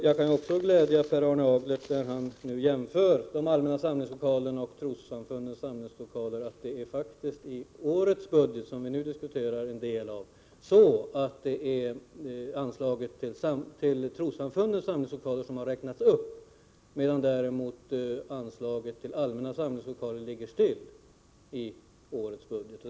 När Per Arne Aglert jämför storleken på bidragen till de allmänna samlingslokalerna och trossamfundens lokaler, kan jag glädja honom med att tala om att det är anslaget till trossamfundens lokaler som har räknats upp i årets budget. Anslaget till de allmänna samlingslokalerna ligger däremot still på samma nivå.